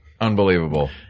Unbelievable